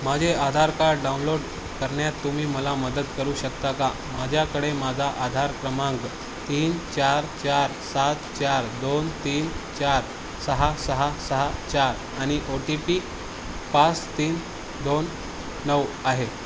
माझे Aadhaar card download करण्यात तुम्ही मला मदत करू शकता का माझ्याकडे माझा आधार क्रमांक तीन चार चार सात चार दोन तीन चार सहा सहा सहा चार आणि ओ टी पी पाच तीन दोन नऊ आहे